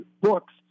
books